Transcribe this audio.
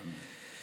אמן.